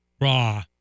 Raw